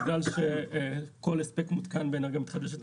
בגלל שכל הספק מותקן באנרגיה מתחדשת,